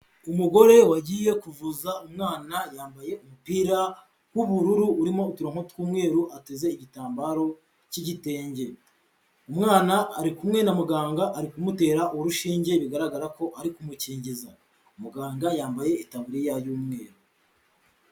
Umugore wagiye kuvuza umwana yambaye umupira w'ubururu urimo uturongo tw'umweru ateze igitambaro cy'igitenge, umwana arikumwe na muganga ari kumutera urushinge bigaragara ko ari kumukingiza, muganga yambaye itaburiya y'umweru.